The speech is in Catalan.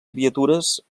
criatures